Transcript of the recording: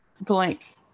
blank